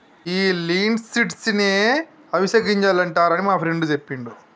ఈ లిన్సీడ్స్ నే అవిసె గింజలు అంటారని మా ఫ్రెండు సెప్పిండు